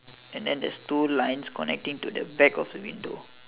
and then there's two lines connecting to the back of the window